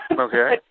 Okay